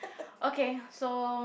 okay so